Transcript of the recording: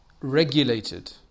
regulated